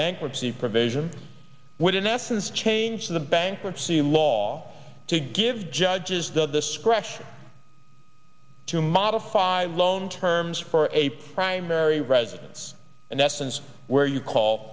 bankruptcy provision would in essence change the bankruptcy law to give judges the discretion to modify loan terms for a primary residence and that since where you call